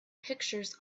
pictures